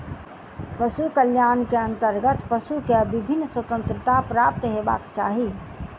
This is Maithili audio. पशु कल्याण के अंतर्गत पशु के विभिन्न स्वतंत्रता प्राप्त हेबाक चाही